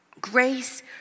Grace